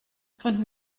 gründen